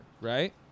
right